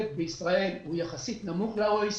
למדינות ה-OECD.